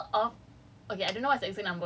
we collected a total of